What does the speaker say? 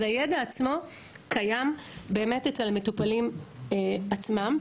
אז הידע עצמו קיים אצל מטופלים עצמם.